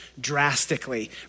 drastically